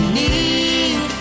need